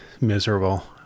Miserable